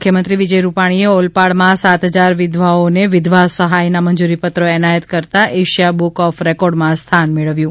મુખ્યમંત્રી વિજય રૂપાણીએ ઓલપાડમાં સાત હજાર વિધવાઓને વિધવા સહાયના મંજુરીપત્રો એનાયત કરતાં એશિયા બુક ઓફ રેકોર્ડમાં સ્થાન મેળવ્યુ